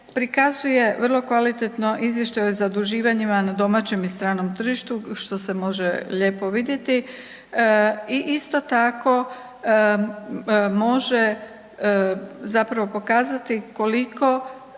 prikazuje vrlo kvalitetno izvještaj o zaduživanjima na domaćem i stranom tržištu, što se može lijepo vidjeti. I isto tako može zapravo pokazati koliko